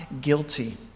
guilty